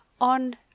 on